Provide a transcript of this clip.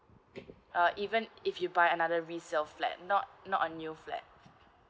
uh even if you buy another reserve flat like not not a new flat